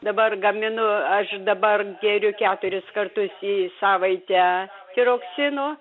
dabar gaminu aš dabar geriu keturis kartus į savaitę tiroksino